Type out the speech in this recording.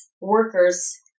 workers